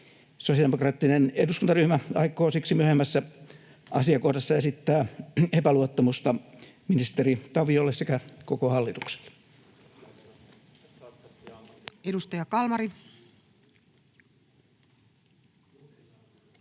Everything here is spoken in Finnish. Sosiaalidemokraattinen eduskuntaryhmä aikoo siksi myöhemmässä asiakohdassa esittää epäluottamusta ministeri Taviolle sekä koko hallitukselle. [Speech 9]